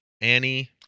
Annie